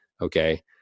Okay